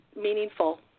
meaningful